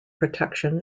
protection